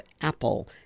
apple